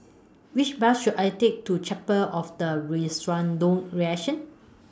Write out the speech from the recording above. Which Bus should I Take to Chapel of The